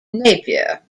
napier